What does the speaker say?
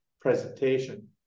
presentation